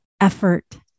effort